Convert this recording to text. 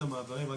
היושב-ראש.